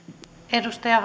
edustaja